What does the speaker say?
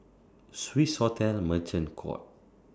Swissotel Merchant Court